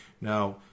Now